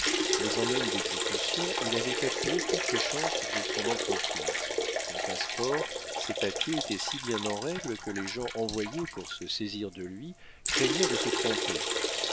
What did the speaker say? mais en homme d'exécution il avait calculé toutes les chances de son entreprise son passe-port ses papiers étaient si bien en règle que les gens envoyés pour se saisir de lui craignirent de se tromper